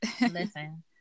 Listen